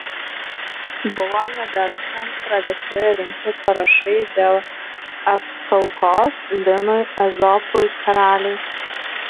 buvo nedelsiant pradėti rinkti parašai dėl apkaltos linui ezopui karaliui